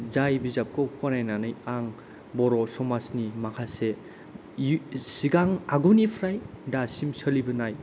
जाय बिजाबखौ फरायनानै आं बर' समाजनि माखासे सिगां आगुनिफ्राय दासिम सोलिबोनाय